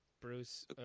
Bruce –